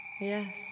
yes